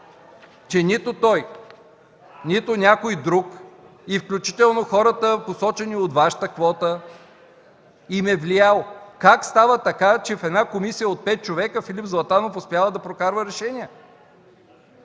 че нито той, нито някой друг, включително хората, посочени от Вашата квота, им е влиял. Как става така, че в една комисия от пет човека Филип Златанов успява да прокарва решения,